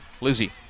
Lizzie